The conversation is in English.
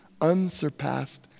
unsurpassed